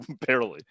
barely